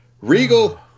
Regal